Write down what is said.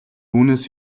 үүнээс